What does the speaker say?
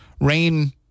Rain